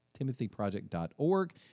timothyproject.org